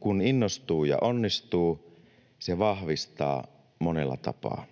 Kun innostuu ja onnistuu, se vahvistaa monella tapaa.